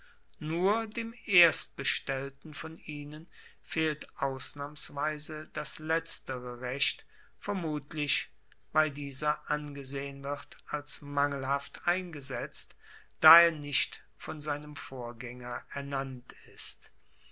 nur dem erstbestellten von ihnen fehlt ausnahmsweise das letztere recht vermutlich weil dieser angesehen wird als mangelhaft eingesetzt da er nicht von seinem vorgaenger ernannt ist